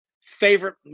favorite